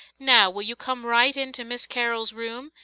now, will you come right in to miss carol's room,